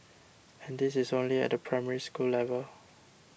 and this is only at the Primary School level